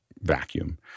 vacuum